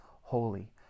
holy